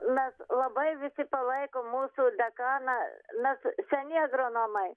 mes labai visi palaikom mūsų dekaną mes seni agronomai